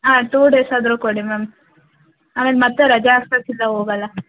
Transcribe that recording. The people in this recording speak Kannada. ಹಾಂ ಟು ಡೇಸ್ ಆದರೂ ಕೊಡಿ ಮ್ಯಾಮ್ ಆಮೇಲೆ ಮತ್ತು ರಜಾ ಹಾಕ್ಸೋಕ್ಕೆಲ್ಲ ಹೋಗಲ್ಲ